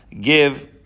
give